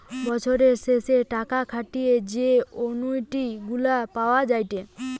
বছরের শেষে টাকা খাটিয়ে যে অনুইটি গুলা পাওয়া যাইতেছে